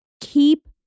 keep